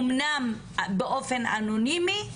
אמנם באופן אנונימי,